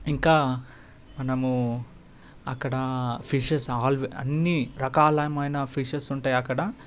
ఇంకా మనము అక్కడ ఫిషెస్ ఆల్ అన్నీ రకాలమైన ఫిషెస్ ఉంటాయి అక్కడ